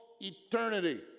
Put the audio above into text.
eternity